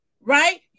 right